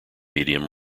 medium